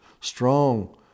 strong